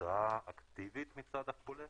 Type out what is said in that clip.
הודעה אקטיבית מצד החולה?